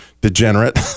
degenerate